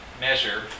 measure